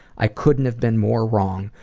i couldn't have been more wrong,